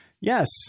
Yes